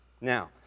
Now